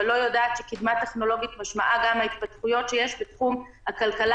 אבל לא יודעת שקדמה טכנולוגית משמעה גם ההתפתחויות שיש בתחום הכלכלה